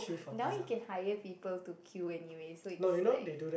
now you can hire people to queue anyways so it's like